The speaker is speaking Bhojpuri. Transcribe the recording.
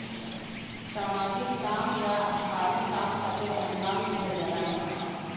सामाजिक काम या धार्मिक काम खातिर अनुदान दिहल जाला